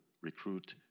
recruit